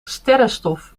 sterrenstof